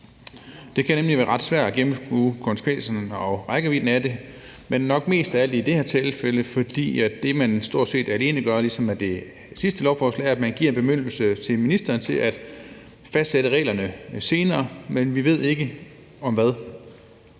Det kan nemlig være ret svært at gennemskue konsekvensen og rækkevidden af det, men nok mest af alt i det her tilfælde, fordi det, man stort set udelukkende gør, ligesom ved det sidste lovforslag, er, at man giver en bemyndigelse til ministeren til at fastsætte reglerne senere, men vi ved ikke om hvad.